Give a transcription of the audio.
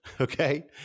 Okay